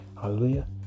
Hallelujah